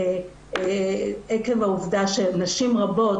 גם עקב העובדה שנשים רבות,